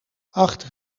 achter